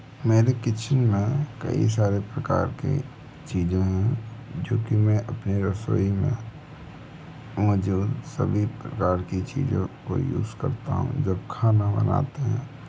मेरे किचन में कई सारे प्रकार की चीज़ें हैं जो कि मैं अपनी रसोई में मुझे सभी प्रकार की चीज़ों को यूज़ करता हूँ जब खाना बनाते हैं